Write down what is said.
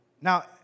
Now